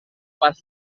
pas